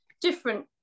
different